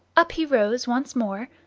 up he rose once more,